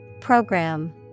Program